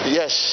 yes